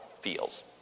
feels